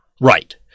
Right